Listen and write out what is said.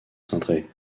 cintré